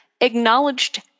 Acknowledged